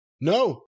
No